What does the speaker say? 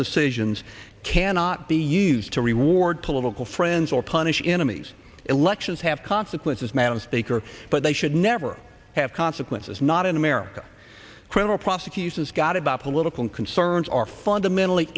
decisions cannot be used to reward political friends or punish in amicus elections have consequences madam speaker but they should never have consequences not in america criminal prosecutions got about political concerns are fundamentally